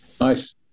nice